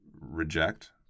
reject